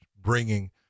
bringing